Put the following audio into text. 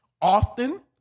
often